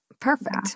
Perfect